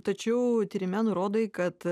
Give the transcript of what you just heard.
tačiau tyrime nurodai kad